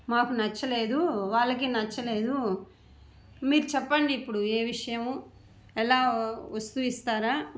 మాకు నచ్చలేదు వాళ్ళకి నచ్చలేదు మీరు చెప్పండి ఇప్పుడు ఏ విషయము ఎలా వస్తువు ఇస్తారా